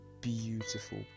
Beautiful